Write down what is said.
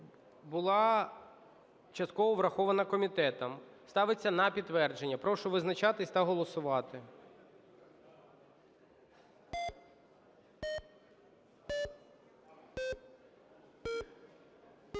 була частково врахована комітетом. Ставиться на підтвердження. Прошу визначатись та голосувати.